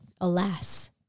alas